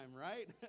right